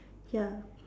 ya